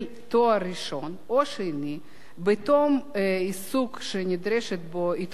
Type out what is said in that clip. ראשון או שני בתום עיסוק שנדרשת בו התמחות,